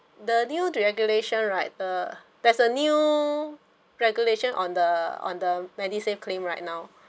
the new regulation right the there's a new regulation on the on the MediSave claim right now